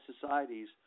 societies